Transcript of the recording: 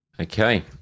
Okay